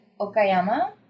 Okayama